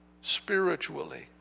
spiritually